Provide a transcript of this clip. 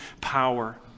power